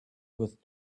with